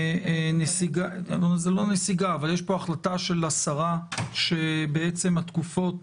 יש פה נסיגה זו לא נסיגה אבל יש פה החלטה של השרה שבעצם תקופות